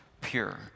pure